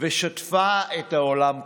ושטפה את העולם כולו.